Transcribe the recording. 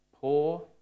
poor